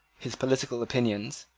his political opinions,